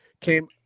Came